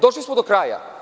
Došli smo do kraja.